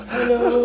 Hello